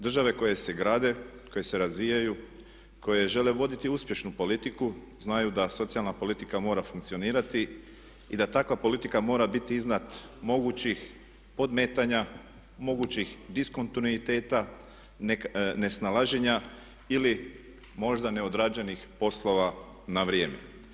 Države koje se grade, koje se razvijaju, koje žele voditi uspješnu politiku znaju da socijalna politika mora funkcionirati i da takva politika mora biti iznad mogućih podmetanja, mogućih diskontinuiteta, nesnalaženja ili možda neodrađenih poslova na vrijeme.